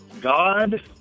god